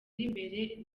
imbere